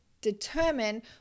determine